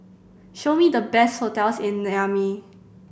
show me the best hotels in Niamey